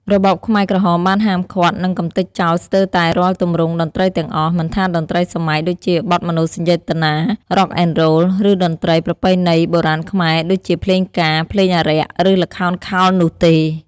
របបខ្មែរក្រហមបានហាមឃាត់ និងកម្ទេចចោលស្ទើរតែរាល់ទម្រង់តន្ត្រីទាំងអស់ មិនថាតន្ត្រីសម័យដូចជាបទមនោសញ្ចេតនា រ៉ុកអែនរ៉ូល ឬតន្ត្រីប្រពៃណីបុរាណខ្មែរដូចជាភ្លេងការ ភ្លេងអារក្ស ឬល្ខោនខោលនោះទេ។